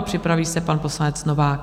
Připraví se pan poslanec Novák.